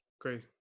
great